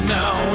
now